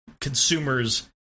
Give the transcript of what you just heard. consumers